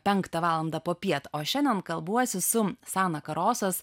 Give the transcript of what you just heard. penktą valandą popiet o šiandien kalbuosi su sana karosas